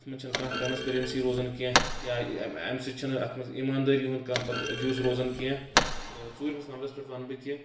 اَتھ منز چھنہٕ کانہہ ٹرانسپَریسی روزان کینٛہہ یا امہِ سۭتۍ چھنہٕ اَتھ منز ایٖماندٲری ہُند کانٛہہ پَتہٕ جُز روزان کینٛہہ ژوٗرمِس نَمبرَس پؠٹھ وَنہٕ بہٕ کہِ